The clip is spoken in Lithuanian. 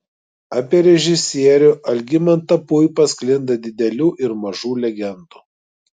apie režisierių algimantą puipą sklinda didelių ir mažų legendų